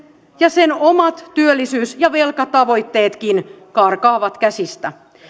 ja sen omat työllisyys ja velkatavoitteetkin karkaavat käsistä